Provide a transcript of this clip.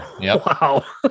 Wow